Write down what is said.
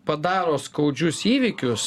padaro skaudžius įvykius